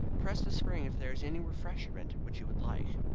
press the spring if there is any refreshment which you would like.